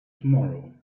tomorrow